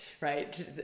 right